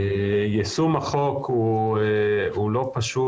יישום החוק הוא לא פשוט.